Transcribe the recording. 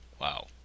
Wow